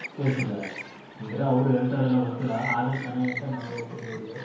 ಕೇಳ್ತಿದ್ದಾರೆ ಅಂದರೆ ಅವ್ರು ಹೇಳ್ತಾರ್ ಇಲ್ಲೋ ಗೊತ್ತಿಲ್ಲ ಆದರೆ ಚೆನ್ನಾಗಿ ಅಂತ ನಾವು ಹೇಳ್ತಿದ್ದಿವ್ ಇಲ್ಲಿ